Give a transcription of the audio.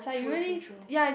true true true